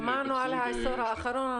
שמענו על העשור האחרון.